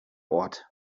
ort